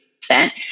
percent